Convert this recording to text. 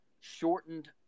shortened